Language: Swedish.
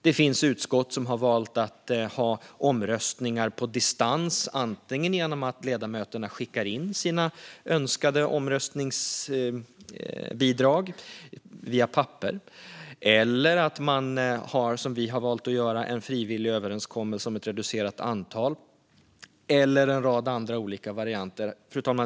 Det finns utskott som har valt att ha omröstningar på distans, antingen genom att ledamöterna skickar in sina önskade omröstningsbidrag på papper eller att man, som vi har valt att göra, har en frivillig överenskommelse om ett reducerat antal och en rad andra olika varianter.